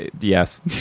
Yes